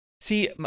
See